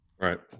Right